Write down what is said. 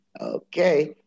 Okay